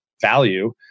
value